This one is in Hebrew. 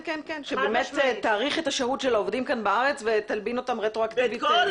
שתאריך את השהות של העובדים כאן בארץ ותלבין אותם רטרואקטיבית.